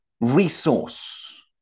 resource